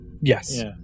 Yes